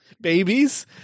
babies